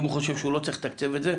אם הוא חושב שהוא לא צריך לתקצב את זה,